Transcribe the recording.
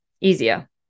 easier